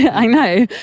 i know,